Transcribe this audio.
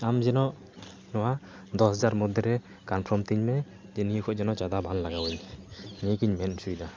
ᱟᱢ ᱡᱮᱱᱚ ᱱᱚᱣᱟ ᱫᱚᱥ ᱦᱟᱡᱟᱨ ᱢᱚᱫᱽᱫᱷᱮᱨᱮ ᱠᱟᱱᱯᱷᱨᱚᱢ ᱛᱤᱧ ᱢᱮ ᱱᱤᱭᱟᱹ ᱠᱷᱚᱱ ᱡᱮᱱᱚ ᱡᱟᱫᱟ ᱵᱟᱝ ᱞᱟᱜᱟᱣᱟᱹᱧ ᱱᱤᱭᱟᱹᱜᱤᱧ ᱢᱮᱱ ᱚᱪᱚᱭᱫᱟ